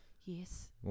yes